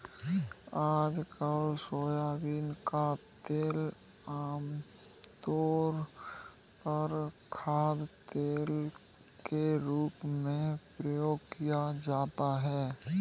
आजकल सोयाबीन का तेल आमतौर पर खाद्यतेल के रूप में प्रयोग किया जाता है